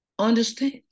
understand